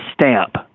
stamp